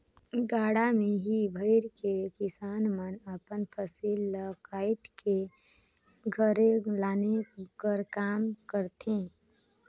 गाड़ा मे ही भइर के किसान मन अपन फसिल ल काएट के घरे लाने कर काम करथे